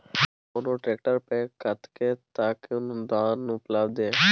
कोनो ट्रैक्टर पर कतेक तक के अनुदान उपलब्ध ये?